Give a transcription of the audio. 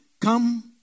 come